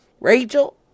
Rachel